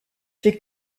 fait